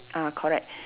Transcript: ah correct